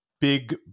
big